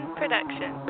production